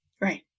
Right